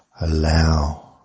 allow